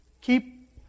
keep